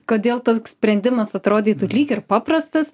kodėl tas sprendimas atrodytų lyg ir paprastas